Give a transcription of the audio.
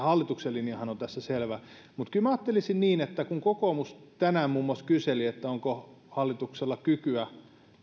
hallituksen linjahan on tässä selvä mutta kyllä minä ajattelisin niin että kun kokoomus tänään muun muassa kyseli onko hallituksella kykyä